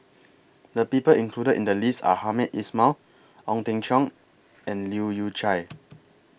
The People included in The list Are Hamed Ismail Ong Teng Cheong and Leu Yew Chye